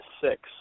six